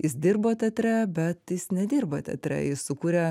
jis dirbo teatre bet jis nedirba teatre jis sukūrė